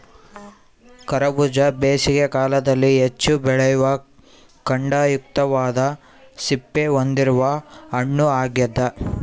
ಕರಬೂಜ ಬೇಸಿಗೆ ಕಾಲದಲ್ಲಿ ಹೆಚ್ಚು ಬೆಳೆಯುವ ಖಂಡಯುಕ್ತವಾದ ಸಿಪ್ಪೆ ಹೊಂದಿರುವ ಹಣ್ಣು ಆಗ್ಯದ